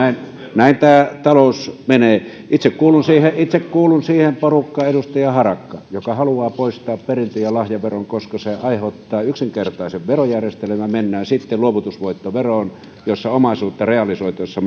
näin tämä talous menee itse kuulun siihen porukkaan edustaja harakka joka haluaa poistaa perintö ja lahjaveron koska poistaminen aiheuttaa yksinkertaisen verojärjestelmän mennään sitten luovutusvoittoveroon jossa omaisuutta realisoitaessa